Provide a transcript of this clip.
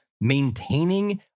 maintaining